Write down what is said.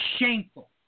shameful